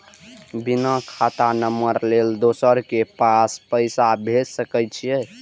बिना खाता नंबर लेल दोसर के पास पैसा भेज सके छीए?